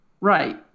Right